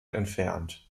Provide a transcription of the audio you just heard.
entfernt